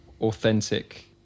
authentic